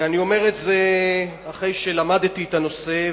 ואני אומר את זה אחרי שלמדתי את הנושא,